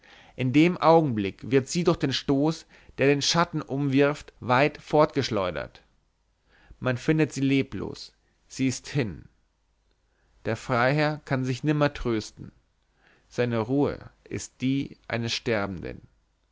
in dem augenblick wird sie durch den stoß der den schatten umwirft weit fortgeschleudert man findet sie leblos sie ist hin der freiherr kann sich nimmer trösten seine ruhe ist die eines sterbenden